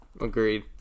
Agreed